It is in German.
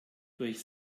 durch